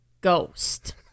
ghost